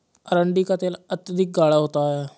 अरंडी का तेल अत्यधिक गाढ़ा होता है